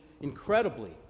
incredibly